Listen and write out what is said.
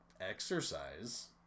exercise